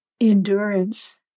endurance